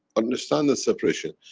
understand the separation.